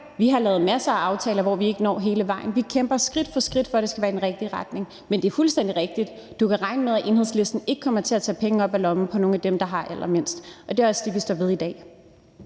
vi har lavet masser af aftaler, hvor vi ikke når hele vejen. Vi kæmper skridt for skridt for, at det skal være i den rigtige retning, men det er fuldstændig rigtigt: Du kan regne med, at Enhedslisten ikke kommer til at tage penge op af lommen på nogle af dem, der har allermindst, og det er også det, vi står ved i dag.